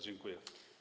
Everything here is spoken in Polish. Dziękuję.